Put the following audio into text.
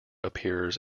appears